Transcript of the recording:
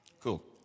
Cool